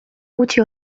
gutxi